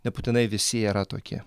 nebūtinai visi jie yra tokie